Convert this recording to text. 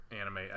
anime